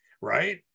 Right